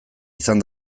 izan